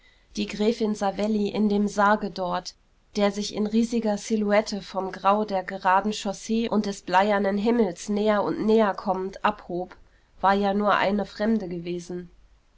die gräfin savelli in dem sarge dort der sich in riesiger silhouette vom grau der geraden chaussee und des bleiernen himmels näher und näher kommend abhob war ja nur eine fremde gewesen